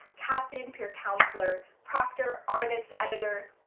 captain, peer counselor, proctor, artist, editor,